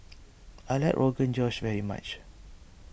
I like Rogan Josh very much